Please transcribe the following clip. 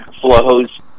flows